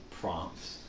prompts